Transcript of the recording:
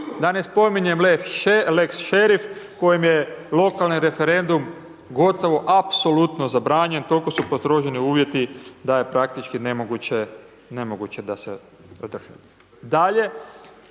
Da ne spominjem lex šerif kojem je lokalni referendum gotovo apsolutno zabranjen, toliko su postroženi uvjeti da je praktički nemoguće, nemoguće